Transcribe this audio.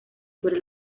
sobre